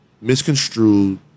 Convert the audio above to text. misconstrued